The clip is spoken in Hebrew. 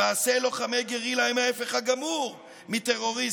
למעשה, לוחמי הגרילה הם ההפך הגמור מטרוריסטים.